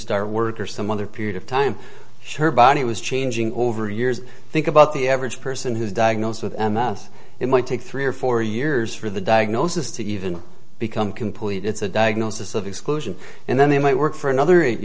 start work or some other period of time sure body was changing over the years think about the average person who's diagnosed with a mouth it might take three or four years for the diagnosis to even become complete it's a diagnosis of exclusion and then they might work for another eight